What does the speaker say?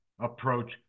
approach